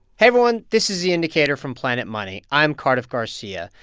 everyone. this is the indicator from planet money. i'm cardiff garcia.